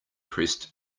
pressed